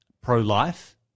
pro-life